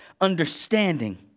understanding